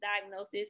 diagnosis